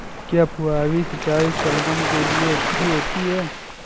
क्या फुहारी सिंचाई शलगम के लिए अच्छी होती है?